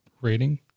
rating